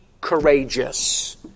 courageous